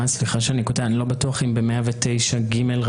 סליחה שאני קוטע לגבי תקנה 109ג,